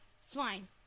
Fine